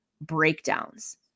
breakdowns